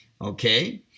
Okay